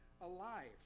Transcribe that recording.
alive